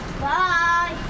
Bye